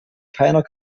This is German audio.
keiner